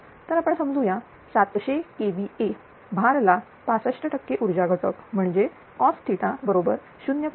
तर आपण समजू या 700kVA भार ला 65 टक्के ऊर्जा घटक म्हणजे cos बरोबर 0